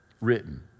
written